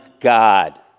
God